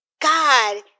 God